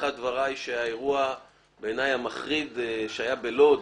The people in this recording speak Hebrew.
בפתיחת דבריי שהאירוע המחריד שהיה בלוד,